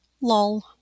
Lol